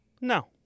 No